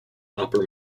upper